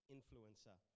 Influencer